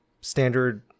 standard